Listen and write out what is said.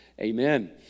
amen